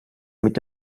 mit